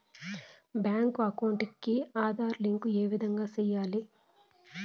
Bank account కి Aadhaar link ఏ విధంగా సెయ్యాలి?